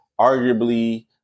arguably